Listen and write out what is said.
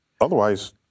Otherwise